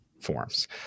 forms